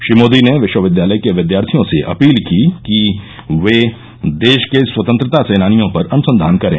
श्री मोदी ने विश्वविद्यालय के विद्यार्थियों से अपील की कि वे देश के स्वतंत्रता सेनानियों पर अनुसंधान करें